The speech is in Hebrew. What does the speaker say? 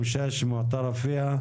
בשנה האחרונה בבחירות היו הרבה בעיות